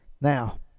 now